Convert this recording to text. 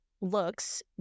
looks